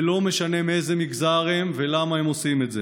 ולא משנה מאיזה מגזר הם ולמה הם עושים את זה.